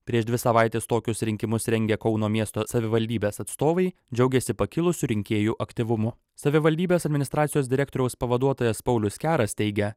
prieš dvi savaites tokius rinkimus rengę kauno miesto savivaldybės atstovai džiaugiasi pakilusiu rinkėjų aktyvumu savivaldybės administracijos direktoriaus pavaduotojas paulius keras teigia